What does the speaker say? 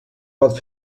pot